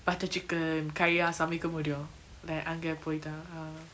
butter chicken கையா சமைக்க முடியு:kaiya samaika mudiyu like அங்க போய்தா:anga poytha err